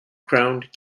crowned